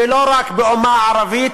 ולא רק באומה הערבית,